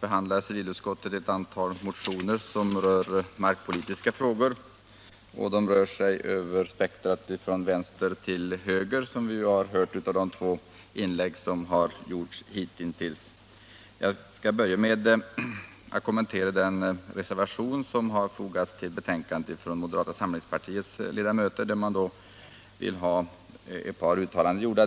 behandlar civilutskottet ett antal motioner som rör markpolitiska frågor. Som vi har hört av de två inläggen hittills rör sig debatten över spektrumet från vänster till höger. Jag skall börja med att kommentera den reservation som har fogats till betänkandet från moderata samlingspartiets ledamöter och där man vill få ett par uttalanden.